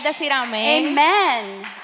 Amen